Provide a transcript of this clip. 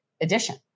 edition